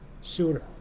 sooner